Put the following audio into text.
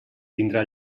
tindrà